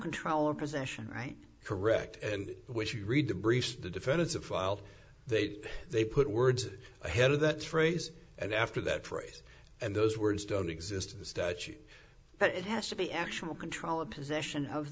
controller possession right correct and which you read the briefs the defendants have filed they did they put words ahead of that phrase and after that phrase and those words don't exist in the statute that it has to be actual control of possession of